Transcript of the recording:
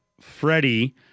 Freddie